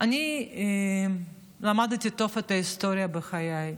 שאני למדתי טוב את ההיסטוריה בחיי.